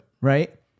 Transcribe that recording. right